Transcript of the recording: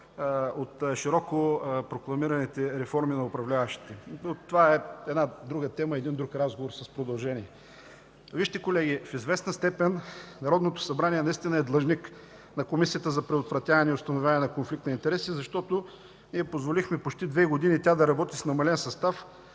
от широко прокламираните реформи на управляващите. Това обаче е друга тема, друг разговор с продължение. Колеги, в известна степен Народното събрание наистина е длъжник на Комисията за предотвратяване и установяване на конфликт на интереси, защото позволихме почти две години тя да работи с намален състав,